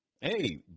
hey